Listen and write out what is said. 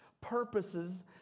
purposes